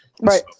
Right